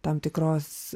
tam tikros